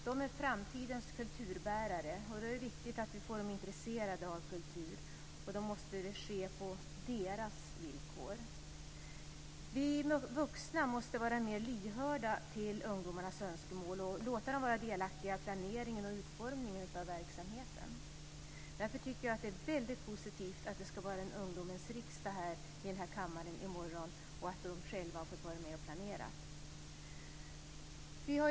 De är framtidens kulturbärare, och då är det viktigt att vi får dem intresserade av kultur. Det måste ske på deras villkor. Vi vuxna måste vara mer lyhörda till ungdomarnas önskemål och låta dem vara delaktiga i planeringen och utformningen av verksamheten. Därför tycker jag att det är väldigt positivt att det ska vara en ungdomens riksdag i morgon i denna kammare och att de själva har fått vara med och planera.